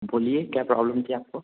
बोलिए क्या प्रॉब्लम थी आपको